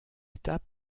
étape